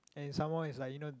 and some more it's like you know